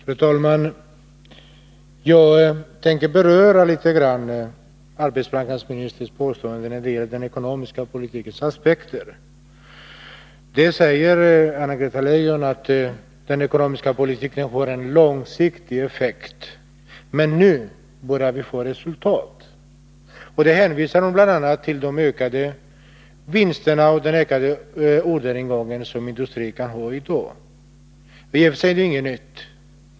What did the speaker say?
Fru talman! Jag tänker litet grand beröra arbetsmarknadsministerns påstående när det gäller den ekonomiska politikens aspekter. Anna-Greta Leijon säger att den ekonomiska politiken har en långsiktig effekt, men nu börjar vi få resultat, och hon hänvisar bl.a. till de stigande vinsterna och den ökade orderingång som industrin har i dag. Detta är i och för sig ingenting nytt.